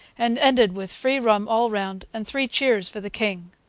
and ended with free rum all round and three cheers for the king.